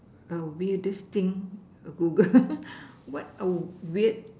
a weirdest thing Google what a weird